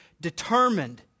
determined